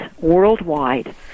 worldwide